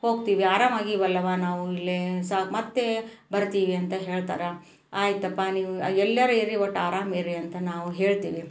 ಹೋಗ್ತೀವಿ ಆರಾಮಾಗಿ ಇವೆಲ್ಲವು ನಾವು ಇಲ್ಲೆ ಸಹ ಮತ್ತೆ ಬರ್ತೀವಿ ಅಂತ ಹೇಳ್ತಾರೆ ಆಯಿತಪ್ಪ ನೀವು ಎಲ್ಯಾರು ಇರಿ ಒಟ್ಟು ಆರಾಮ ಇರ್ರಿ ಅಂತ ನಾವು ಹೇಳ್ತೀವಿ